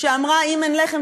שאמרה "אם אין לחם,